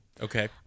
Okay